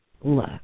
Look